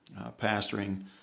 pastoring